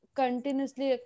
continuously